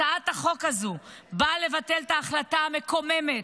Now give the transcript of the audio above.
הצעת החוק הזו באה לבטל את ההחלטה המקוממת